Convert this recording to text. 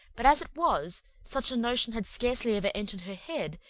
but as it was, such a notion had scarcely ever entered her head,